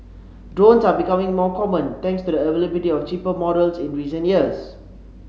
drones are becoming more common thanks to the availability of cheaper models in recent years